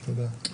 תודה.